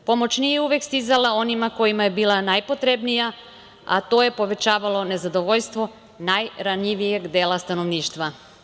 Pomoć nije uvek stizala onima kojima je bila najpotrebnija, a to je povećavalo nezadovoljstvo najranjivijeg dela stanovništva.